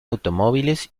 automóviles